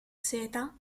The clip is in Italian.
seta